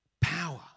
Power